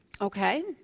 Okay